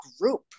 group